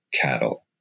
cattle